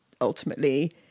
ultimately